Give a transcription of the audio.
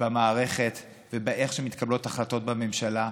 במערכת ובאיך שמתקבלות החלטות בממשלה,